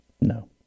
No